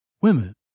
women